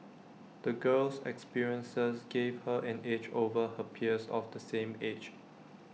the girl's experiences gave her an edge over her peers of the same age